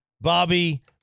Bobby